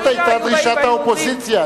זאת היתה דרישת האופוזיציה.